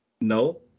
No